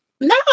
No